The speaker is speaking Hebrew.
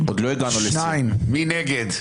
מי נגד?